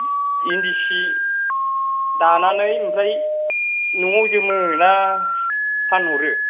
इन्दि सि दानानै ओमफ्राय न'आव जोमो ना फानहरो